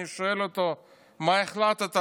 אני שואל אותו: מה החלטת?